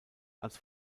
als